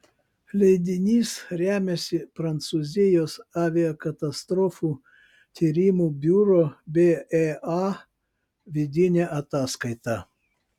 leidinys remiasi prancūzijos aviakatastrofų tyrimų biuro bea vidine ataskaita